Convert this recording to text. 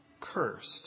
cursed